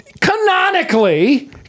canonically